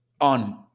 on